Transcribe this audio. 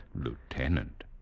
Lieutenant